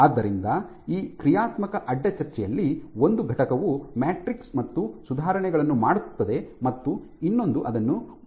ಆದ್ದರಿಂದ ಈ ಕ್ರಿಯಾತ್ಮಕ ಅಡ್ಡ ಚರ್ಚೆಯಲ್ಲಿ ಒಂದು ಘಟಕವು ಮ್ಯಾಟ್ರಿಕ್ಸ್ ಮತ್ತು ಸುಧಾರಣೆಗಳನ್ನು ಮಾಡುತ್ತದೆ ಮತ್ತು ಇನ್ನೊಂದು ಅದನ್ನು ವಿರೂಪಗೊಳಿಸುತ್ತದೆ